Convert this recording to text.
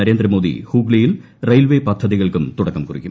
നരേന്ദ്ര മോദി ഹൂഗ്ലിയിൽ റെയിൽവേ പദ്ധതികൾക്കും തുടക്കം കുറിക്കും